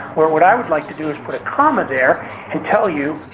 where what i would like to do is put a comma there and tell you,